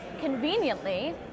conveniently